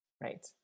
Right